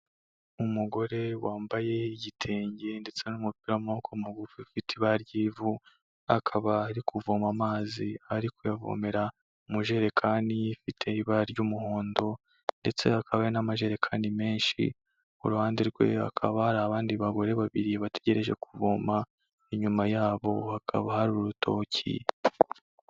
Umugore wambaye igitenge ndetse n'umupira w'amaboko mugufi ufite ibara ry'ivu, akaba ari kuvoma amazi, ari kuyavomera mu ijerekani ifite ibara ry'umuhondo, ndetse hakaba hari n'amajerekani menshi, ku ruhande rwe hakaba hari abandi bagore babiri bategereje kuvoma, inyuma yabo hakaba hari urutoki.